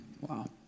wow